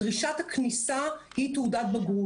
דרישת הכניסה היא תעודת בגרות.